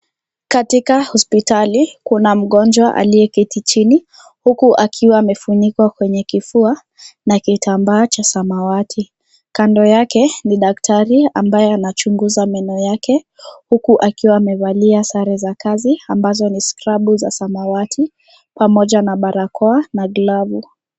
Katika hospitali kuna mgonjwa aliye kati chini huku akiwa amefunikwa kwenye kifua na kitambaa cha samawati kando yake ni daktari ambaye anachunguza meno yake huku akiwa amevalia sare za kazi ambazo ni scrubu za samawati pamoja na barakoa na glavu.